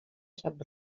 sap